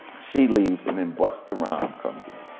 she leaves and then busta rhymes comes in.